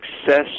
success